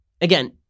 Again